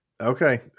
Okay